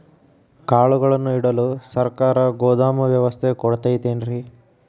ಕಾಳುಗಳನ್ನುಇಡಲು ಸರಕಾರ ಗೋದಾಮು ವ್ಯವಸ್ಥೆ ಕೊಡತೈತೇನ್ರಿ?